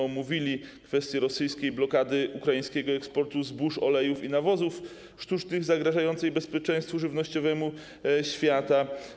Omówili kwestię rosyjskiej blokady ukraińskiego eksportu zbóż, olejów i nawozów sztucznych zagrażającej bezpieczeństwu żywnościowemu świata.